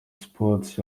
sports